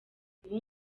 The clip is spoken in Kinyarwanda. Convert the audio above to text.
ubu